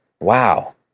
wow